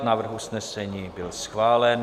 Návrh usnesení byl schválen.